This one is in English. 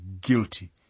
guilty